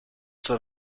sort